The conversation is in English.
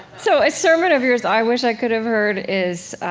so a sermon of yours i wish i could have heard is